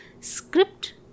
Script